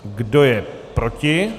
Kdo je proti?